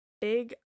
big